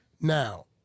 Now